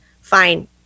Fine